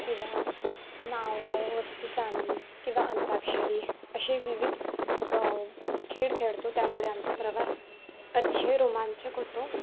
किंवा नाव गाव वस्तू प्राणी किंवा अंताक्षरी असे विविध खेळ खेळतो त्यामुळे आमचा प्रवास अतिशय रोमांचक होतो